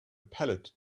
pallet